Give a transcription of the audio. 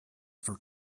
for